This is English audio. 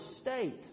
state